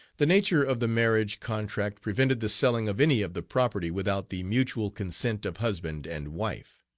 the nature of the marriage contract prevented the selling of any of the property without the mutual consent of husband and wife.